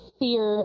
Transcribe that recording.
fear